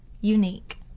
unique